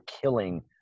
killing